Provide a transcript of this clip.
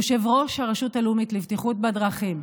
יושב-ראש הרשות הלאומית לבטיחות בדרכים.